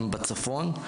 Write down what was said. הם בצפון,